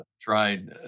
tried